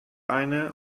eine